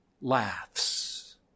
laughs